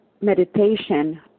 meditation